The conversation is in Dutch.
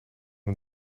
een